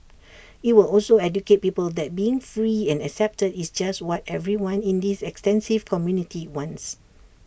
IT will also educate people that being free and accepted is just what everyone in this extensive community wants